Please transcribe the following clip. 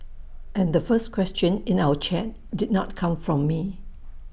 and the first question in our chat did not come from me